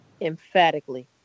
emphatically